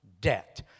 debt